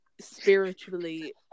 spiritually